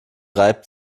reibt